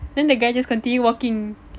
then the guy just continue walking